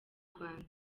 rwanda